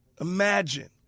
imagine